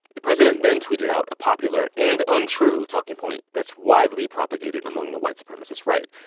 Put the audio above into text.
the president then tweeted out a popular and untrue talking point that's widely propagated among the white supremacist right,